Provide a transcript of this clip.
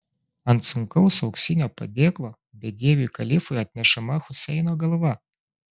ant sunkaus auksinio padėklo bedieviui kalifui atnešama huseino galva